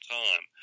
time